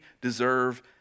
deserve